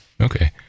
Okay